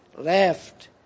left